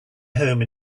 home